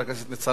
ואחריו,